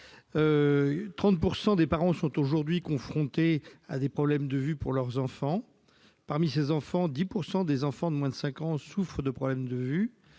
30 % des parents sont aujourd'hui confrontés à des problèmes de vue pour leurs enfants, 10 % des enfants de moins de 5 ans souffrent de problèmes de vue,